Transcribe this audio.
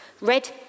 Red